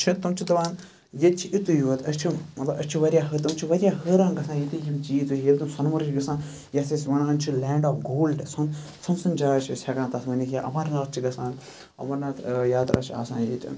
چھِ تِم چھِ دَپان ییٚتہِ چھِ یتُے یوت أسۍ چھِ مَطلَب أسۍ چھِ واریاہ حٲر تِم چھِ واریاہ حٲران گَژھان ییٚتِک یِم چیٖز ییٚلہِ تِم سۄنہٕمَرگ چھِ گژھان یَتھ أسۍ وَنان چھِ لینٛڈ آف گولڈ سۄنہٕ ژھۄنہٕ سُنٛد جاے چھِ أسۍ ہیٚکان تَتھ ؤنِتھ یا اَمرناتھ چھِ گَژھان اَمَررناتھ یاترا چھِ آسان ییٚتہِ